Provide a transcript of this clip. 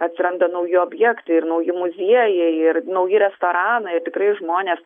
atsiranda nauji objektai ir nauji muziejai ir nauji restoranai ir tikrai žmonės